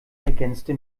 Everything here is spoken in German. ergänzte